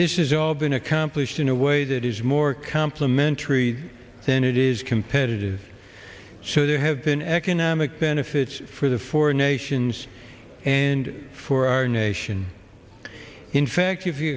this is all been accomplished in a way that is more complementary than it is competitive so there have been economic benefits for the four nations and for our nation in fact if you